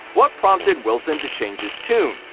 what prompted wilson to change his tune?